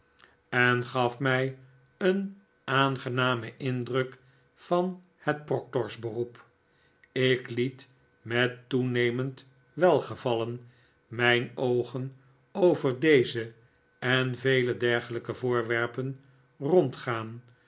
en gaf mij een aangenamen indruk van het proctors heroep ik liet met toenemend welgevallen mijn oogen over deze en vele dergelijke voorwerpen rondgaan